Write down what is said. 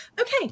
okay